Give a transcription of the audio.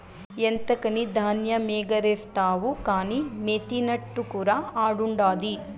ఎంతకని ధాన్యమెగారేస్తావు కానీ మెసినట్టుకురా ఆడుండాది